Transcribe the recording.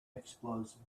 explosion